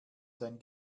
sein